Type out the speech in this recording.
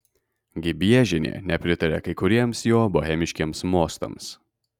gibiežienė nepritaria kai kuriems jo bohemiškiems mostams